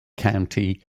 county